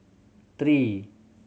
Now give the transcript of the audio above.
three